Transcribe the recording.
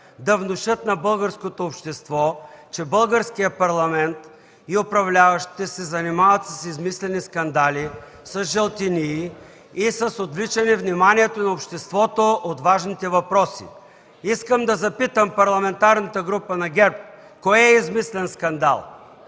да внушат на българското общество, че Българският парламент и управляващите се занимават с измислени скандали, с жълтинии и с отвличане вниманието на обществото от важните въпроси. Искам да запитам Парламентарната група на ГЕРБ кое е измислен скандал: